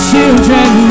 children